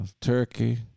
turkey